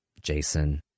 Jason